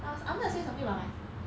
that was I want to say something about my